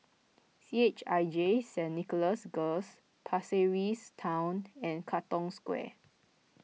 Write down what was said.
C H I J Saint Nicholas Girls Pasir Ris Town and Katong Square